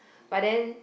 but then